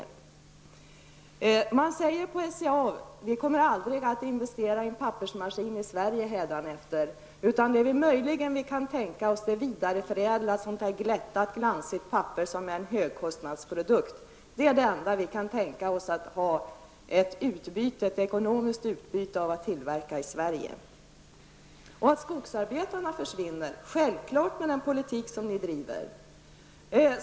På SCA säger man att man aldrig kommer att investera i en pappersmaskin i Sverige hädanefter. Det man möjligen kan tänka sig är vidareförädling av glättat glansigt papper, som är en högkostnadsprodukt. Det är det enda som man kan tänka sig att ha ett ekonomiskt utbyte av att tillverka i Sverige. Självklart försvinner skogsarbetarna med den politik som socialdemokraterna bedriver.